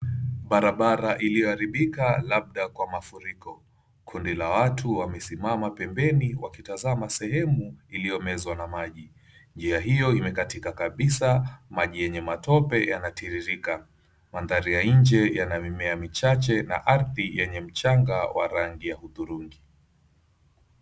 barabara iliyoaribika labda kwa mafuriko, kundi la watu limesimama pembeni wakitazama sehemu iliyomezwa na maji, njia hio imekatika kabisa ,maji yenye matope yanatiririka ,mandari ya njee ina mimea michache ,na ardhi yenye mchanga ya rangi ya hudhurungi.